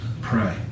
pray